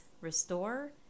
restore